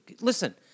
listen